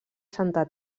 santa